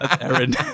Aaron